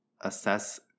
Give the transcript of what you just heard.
assess